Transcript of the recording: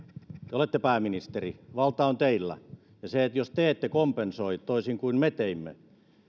te olette pääministeri valta on teillä ja se jos te ette kompensoi toisin kuin me teimme